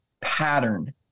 pattern